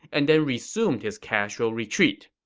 and then resumed his casual retreat.